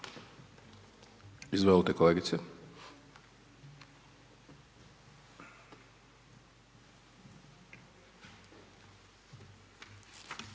izvolte kolegice.